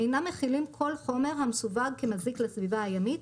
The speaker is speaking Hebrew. אינם מכילים כל חומר המסווג כמזיק לסביבה הימית,